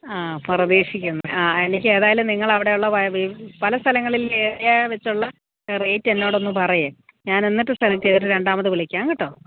ആ പ്രതീക്ഷിക്കുന്ന ആ എനിക്ക് ഏതായാലും നിങ്ങൾ അവിടെ ഉള്ള വാ ഈ പല സ്ഥലങ്ങളിൽ ഏരിയ വെച്ചുള്ള റേറ്റ് എന്നോടൊന്ന് പറയ് ഞാൻ എന്നിട്ട് സെലക്റ്റ് ചെയ്തിട്ട് രണ്ടാമത് വിളിക്കാം കേട്ടോ